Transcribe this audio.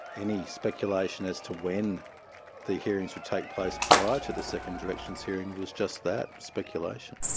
any speculation as to when the hearings would take place prior to the second directions hearing was just that, speculation.